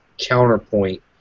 counterpoint